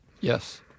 Yes